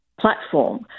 platform